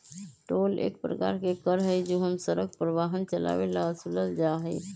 toll एक प्रकार के कर हई जो हम सड़क पर वाहन चलावे ला वसूलल जाहई